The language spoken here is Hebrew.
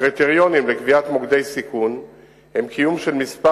הקריטריונים לקביעת מוקדי סיכון הם: מספר